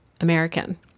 American